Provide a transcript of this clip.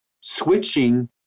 switching